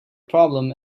problem